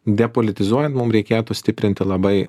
depolitizuojant mum reikėtų stiprinti labai